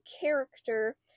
character